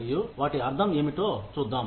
మరియు వాటి అర్థం ఏమిటో చూద్దాం